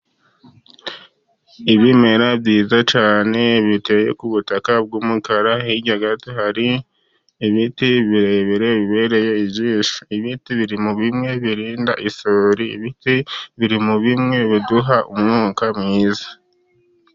Ibimera byiza cyane biteye ku butaka bw'umukara, hirya gato hari ibiti birebire bibereye ijisho. Ibiti biri muri bimwe birinda i isuri, ibiti biri muri bimwe biduha umwuka mwiza.